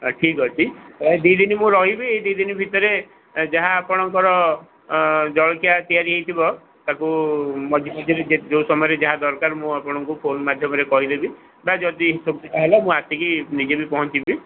ହଁ ଠିକ ଅଛି ତ ଏଇ ଦୁଇ ଦିନ ମୁଁ ରହିବି ଏଇ ଦୁଇ ଦିନ ଭିତରେ ଏ ଯାହା ଆପଣଙ୍କର ଜଳଖିଆ ତିଆରି ହୋଇଥିବ ତାକୁ ମଝି ମଝିରେ ଯେ ଯୋଉ ସମୟରେ ଯାହା ଦରକାର ମୁଁ ଆପଣଙ୍କୁ ଫୋନ୍ ମାଧ୍ୟମରେ କହିଦେବି ବା ଯଦି ସୁବିଧା ହେଲା ମୁଁ ଆସିକି ନିଜେ ବି ପହଞ୍ଚିବି